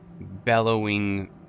bellowing